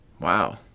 wow